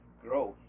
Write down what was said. growth